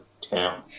town